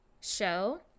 show